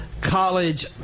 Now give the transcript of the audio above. college